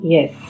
Yes